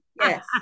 yes